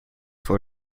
for